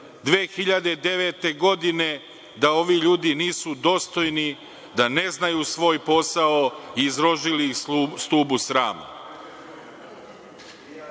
2009. godine da ovi ljudi nisu dostojni, da ne znaju svoj posao i izložili ih stubu